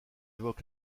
évoque